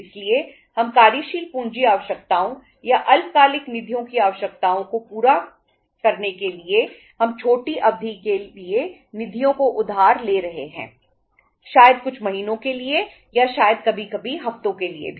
इसलिए कार्यशील पूँजी आवश्यकताओं या अल्पकालिक निधियों की आवश्यकताओं को पूरा करने के लिए हम छोटी अवधि के लिए निधियों को उधार ले रहे हैं शायद कुछ महीनों के लिए या शायद कभी कभी हफ्तों के लिए भी